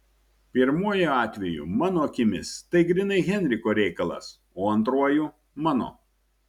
pirmuoju atveju mano akimis tai grynai henriko reikalas o antruoju mano